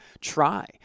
try